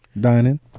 dining